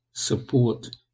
support